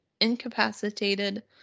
incapacitated